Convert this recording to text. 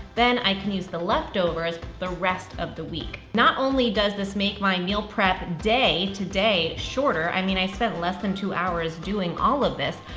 then i can use the leftovers the rest of the week, not only does this make my meal prep day, today, shorter, i mean i spent less than two hours doing all of this,